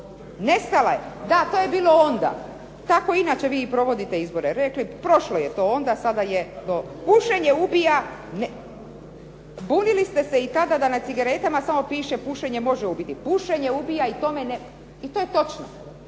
Nestala je. Da, to je bilo onda. Tako i inače vi i provodite izbore. Prošlo je to onda sada je to, pušenje ubija. Bunili ste se i tada da na cigaretama samo piše pušenje može ubiti. Pušenje ubija i to je točno,